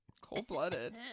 Cold-blooded